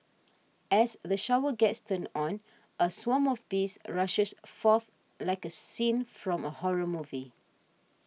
as the shower gets turned on a swarm of bees rushes forth like a scene from a horror movie